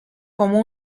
como